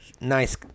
Nice